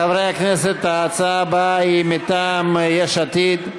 חברי הכנסת, ההצעה הבאה היא מטעם יש עתיד: